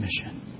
mission